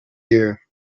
year